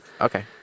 Okay